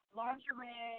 lingerie